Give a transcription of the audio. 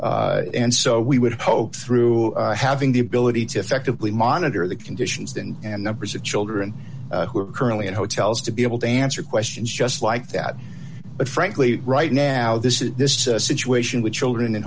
and so we would hope through having the ability to effectively monitor the conditions then and numbers of children who are currently at hotels to be able to answer questions just like that but frankly right now this is this situation with children